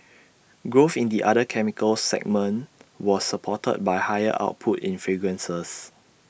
growth in the other chemicals segment was supported by higher output in fragrances